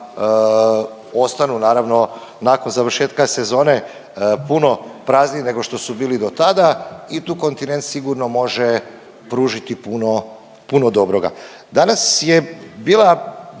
ostanu naravno nakon završetka sezona puno prazniji nego što su bili do tada i tu kontinent sigurno može pružiti puno, puno dobroga. Danas je bila